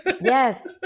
Yes